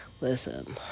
Listen